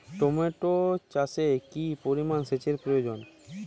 Tomato চাষে কি পরিমান সেচের প্রয়োজন?